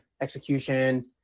execution